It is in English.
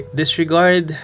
disregard